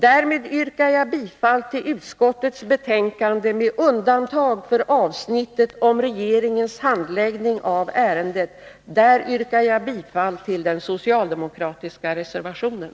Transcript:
Därmed yrkar jag bifall till utskottets förslag med undantag för avsnittet om regeringens handläggning av ärendet. Där yrkar jag bifall till den socialdemokratiska reservationen.